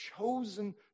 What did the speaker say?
chosen